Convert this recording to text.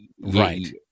Right